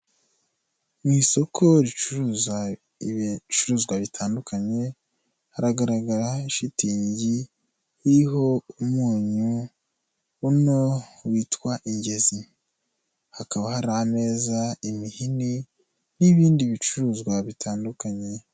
Mu isoko ricuruza ibicuruzwa bitandukanye haragaragara shitingi iriho umunyu uno witwa ingezi, hakaba hari ameza, imihini n'ibindi bicuruzwa bitandukanye.